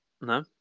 No